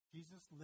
Jesus